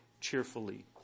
cheerfully